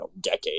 decade